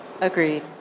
Agreed